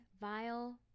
vile